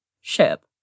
ship